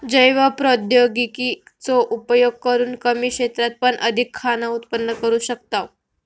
जैव प्रौद्योगिकी चो उपयोग करून कमी क्षेत्रात पण अधिक खाना उत्पन्न करू शकताव